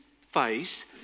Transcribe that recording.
face